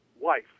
wife